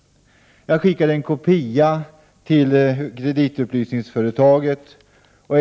Jag skickade en kopia till kreditupplysningsföretaget.